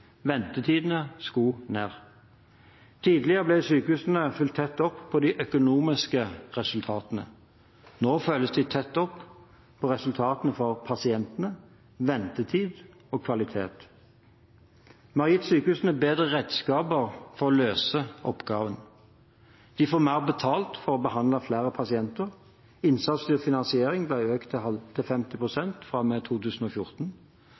Ventetidene skulle ned. Tidligere ble sykehusene fulgt tett opp på de økonomiske resultatene. Nå følges de tett opp på resultatene for pasientene, ventetid og kvalitet. Vi har gitt sykehusene bedre redskaper for å løse oppgaven: De får mer betalt for å behandle flere pasienter. Innsatsstyrt finansiering ble økt til 50 pst. fra og med 2014.